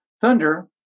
Thunder